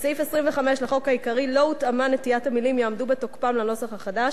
בסעיף 25 לחוק העיקרי לא הותאמה נטיית המלים "יעמדו בתוקפם" לנוסח החדש,